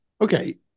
Okay